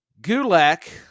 Gulak